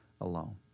alone